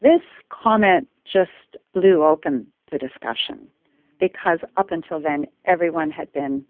this comment just blew open the discussion because up until then everyone had been